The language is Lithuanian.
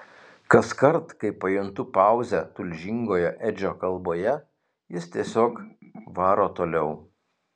kaskart kai pajuntu pauzę tulžingoje edžio kalboje jis tiesiog varo toliau